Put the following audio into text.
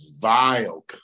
vile